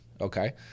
okay